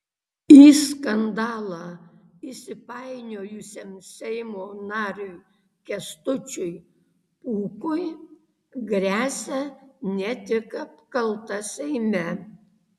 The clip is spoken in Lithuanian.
į skandalą įsipainiojusiam seimo nariui kęstučiui pūkui gresia ne tik apkalta seime